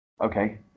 Okay